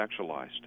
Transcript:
sexualized